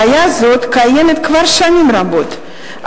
בעיה זאת קיימת כבר שנים רבות,